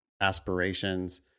aspirations